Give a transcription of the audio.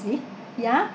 you see ya